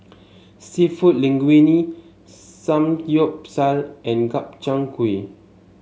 seafood Linguine Samgyeopsal and Gobchang Gui